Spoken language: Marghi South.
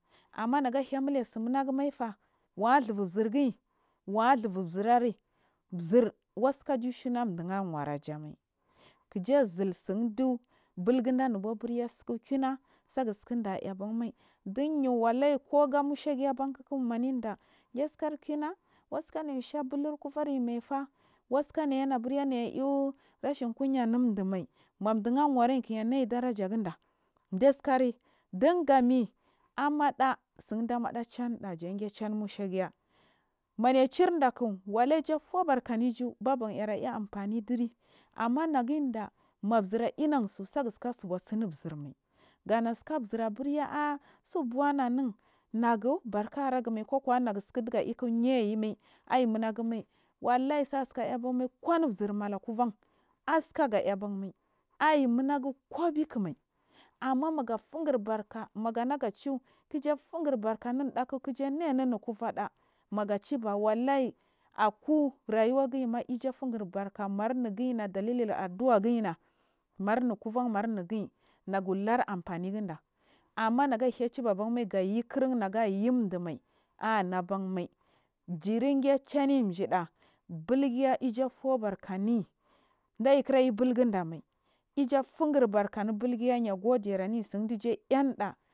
Amma nagahaimile tsimunaumaifa wa ghuba zirgiyi wa zhubuzir ari zir waska clishuna ɗu u a awa rajamai kija zil tsindi bulgunda anubabur kuma sakskina aiy abanmai chiyu wallahi koga mushe giyaba manida ghasikar kuna sanaya she bul kuvaryimaifa waska niyanaburya nayi iew rashi. Kunya madu awaraiya kiniyi nayi daraji gunda detsakiri dinugami ammaɗa tsnidi anmaɗaja kecenimolshagiya maniya chirda ka wallahi yafubarkanu iju bal an yan a yiamfami diri amma naygun daa ma zir a inatsu saga sika siga bsumi zirmai gana tsaka zir abirya a a subanan nagu barka aragumai kukwa tsakidiga iyik huniymai aimunagumai wallahi sasika iban mai konu zirina kuvam ask ga iya ban mai aiyi. Munagu kobikumai amma maga fun gre barka magana gachiew ijufun gurbarkani inɗak kiijunaini ku vaɗa magaciba wallahi akurayu wagima iju mar inigi adalilin addua inukivan amma nahai ciba ban mai gayi kir aburnagayin dumai anabam amai jiri gaceni jadda bulgiya ija fubarkaniyi daikra ibugunda mai ijufungur barka ana bulgiya yagodai raniyi tsindija ainiɗa.